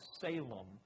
Salem